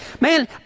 man